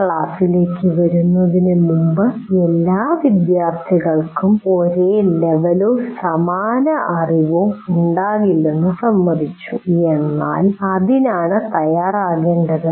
ക്ലാസ്സിലേക്ക് വരുന്നതിനുമുമ്പ് എല്ലാ വിദ്യാർത്ഥികൾക്കും ഒരേ ലെവലോ സമാന അറിവോ ഉണ്ടാകില്ലെന്ന് സമ്മതിച്ചു എന്നാൽ അതിനാണ് തയ്യാറാകേണ്ടത്